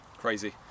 Crazy